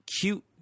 cute